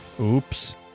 Oops